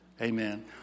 Amen